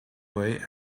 way